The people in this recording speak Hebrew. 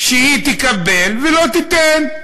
שהיא תקבל ולא תיתן.